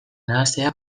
nahastea